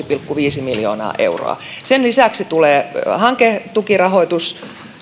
pilkku viisi miljoonaa euroa sen lisäksi tulee hanketukirahoitus